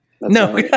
No